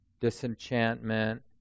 disenchantment